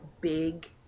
big